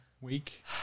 week